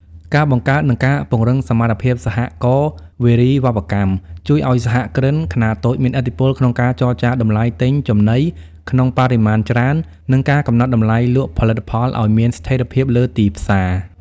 ការបង្កើត និងការពង្រឹងសមត្ថភាពសហករណ៍វារីវប្បកម្ម ជួយឱ្យសហគ្រិនខ្នាតតូចមានឥទ្ធិពលក្នុងការចរចាតម្លៃទិញចំណីក្នុងបរិមាណច្រើន និងការកំណត់តម្លៃលក់ផលិតផលឱ្យមានស្ថិរភាពលើទីផ្សារ។